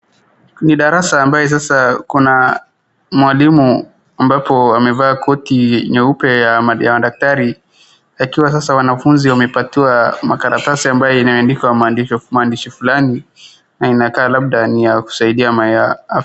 Ni darasa ambaye sasa kuna mwalimu ambapo amevaa koti nyeupe ya madaktari akiwa sasa wanafunzi wamepatiwa makaratasi ambaye imeandikwa maandishi fulani na imekaa labda ni ya kusaidia ma ya afya.